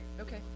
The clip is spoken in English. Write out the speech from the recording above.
okay